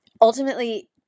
Ultimately